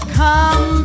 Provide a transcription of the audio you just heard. come